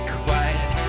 quiet